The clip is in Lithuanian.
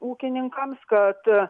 ūkininkams kad